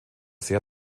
sehr